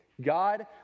God